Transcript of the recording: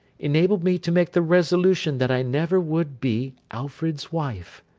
enabled me to make the resolution that i never would be alfred's wife.